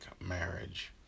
marriage